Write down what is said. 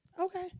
Okay